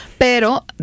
pero